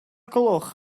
gloch